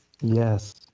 Yes